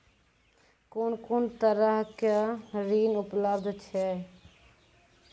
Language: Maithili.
कून कून तरहक ऋण उपलब्ध छै?